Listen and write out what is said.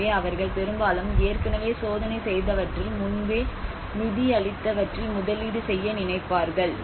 எனவே அவர்கள் பெரும்பாலும் ஏற்கனவே சோதனை செய்தவற்றில் முன்பே நிதியளித்தவற்றில் முதலீடு செய்ய நினைப்பார்கள்